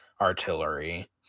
artillery